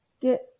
get